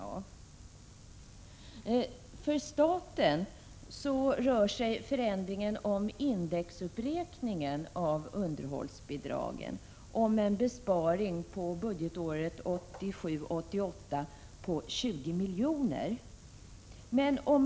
För staten rör det sig om en förändring av indexuppräkningen av underhållsbidragen, en besparing för budgetåret 1987/88 på 20 milj.kr.